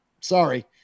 sorry